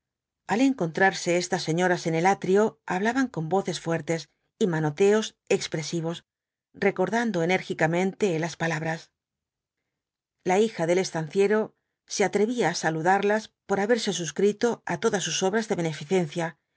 al encontrarse estas señoras en el atrio hablaban con voces fuertes y raanoteos expresivos recordando enérgicamente las palabras la hija del estanciero se atrevía á saludarlas por haberse suscrito á todas sus obras de beneficencia